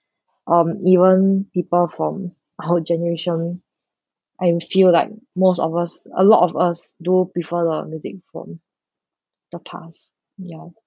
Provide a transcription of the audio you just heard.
um even people from our generation and feel like most of us a lot of us do prefer a lot of music from the past ya